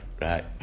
Right